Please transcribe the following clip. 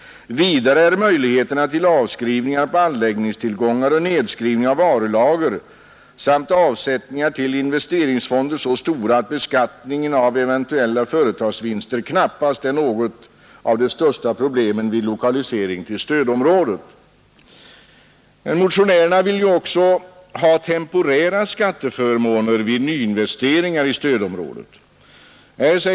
Vidare är möjligheterna till avskrivningar på anläggningstillgångar och nedskrivning av varulager samt avsättningar till investeringsfonder så stora, att beskattningen av ev. företagsvinster knappast är något av de största problemen vid lokalisering till stödområdet.” Motionärerna vill ju också ha temporära skatteförmåner vid nyinvesteringar i stödområdet.